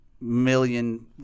million